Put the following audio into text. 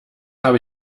habe